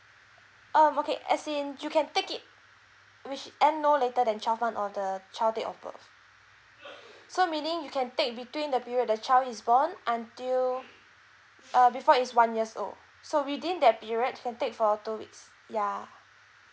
um okay as in you can take it which end no later than twelve month or the child date of birth so meaning you can take between the period the child is born until err before he's one years old so within that period can take for two weeks ya